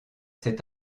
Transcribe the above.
cet